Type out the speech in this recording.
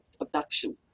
abduction